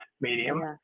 medium